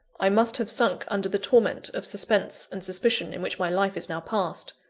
i must have sunk under the torment of suspense and suspicion in which my life is now passed.